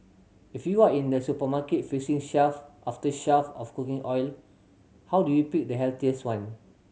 if you are in a supermarket facing shelf after shelf of cooking oil how do you pick the healthiest one